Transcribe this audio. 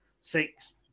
six